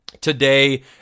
today